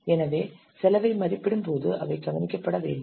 எனவே செலவை மதிப்பிடும்போது அவை கவனிக்கப்பட வேண்டும்